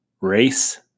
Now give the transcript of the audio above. race